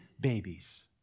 babies